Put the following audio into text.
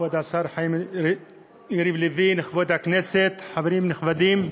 כבוד השר יריב לוין, כבוד הכנסת, חברים נכבדים,